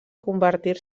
convertir